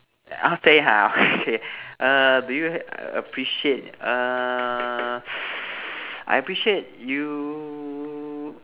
I'll say ha okay err do you appreciate err I appreciate you